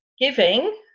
giving